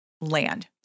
land